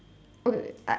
okay I